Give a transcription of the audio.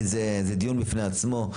זה דיון בפני עצמו.